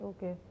Okay